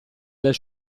del